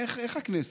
איך הכנסת?